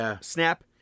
snap